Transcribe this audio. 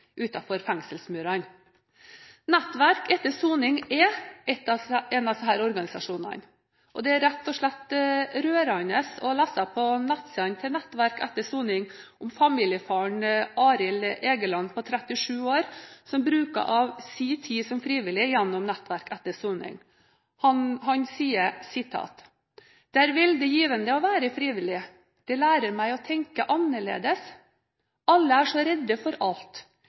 etter soning er en av disse organisasjonene. Det er rett og slett rørende å lese på nettsidene til Nettverk etter soning om familiefaren Arild Egeland på 37 år, som bruker av sin tid til å være frivillig gjennom Nettverk etter soning. Han sier: «Det er veldig givende å være frivillig. Å være med i Nettverk etter soning lærer meg å tenke annerledes. Alle er så redd for alt.